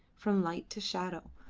from light to shadow,